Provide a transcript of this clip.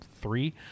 three